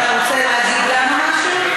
אתה רוצה להגיד לנו משהו?